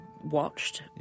watched